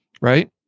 Right